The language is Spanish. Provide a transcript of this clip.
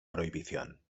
prohibición